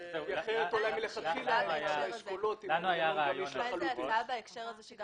הייתה איזו הצעה בהקשר הזה,